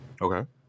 Okay